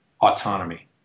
autonomy